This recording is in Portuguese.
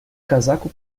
casaco